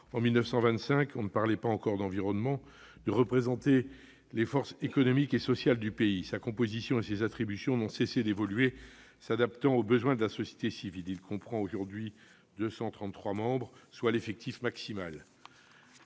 chargé, dès sa création en 1925, de représenter les forces économiques et sociales du pays. Sa composition et ses attributions n'ont cessé d'évoluer, s'adaptant aux besoins de la société civile. Il comprend aujourd'hui 233 membres- l'effectif maximal